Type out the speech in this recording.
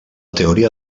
teoria